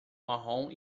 marrom